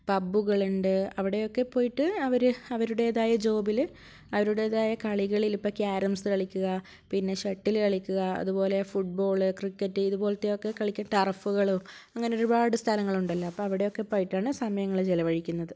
പബ്ബുകളുണ്ട് അവിടെയൊക്കെ പോയിട്ട് അവർ അവരുടേതായ ജോബിൽ അവരുടേതായ കളികളിൽ ഇപ്പോൾ കാരംസ് കളിക്കുക പിന്നെ ഷട്ടിൽ കളിക്കുക അതുപോലെ ഫുട്ബോൾ ക്രിക്കറ്റ് ഇതുപോലെത്തെയൊക്കെ കളിയ്ക്കാൻ ടർഫുകളും അങ്ങനെ ഒരുപാട് സ്ഥലങ്ങളുണ്ടല്ലോ അപ്പോൾ അവിടെയൊക്കെ പോയിട്ടാണ് സമയങ്ങൾ ചിലവഴിക്കുന്നത്